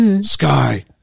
sky